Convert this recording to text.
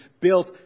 built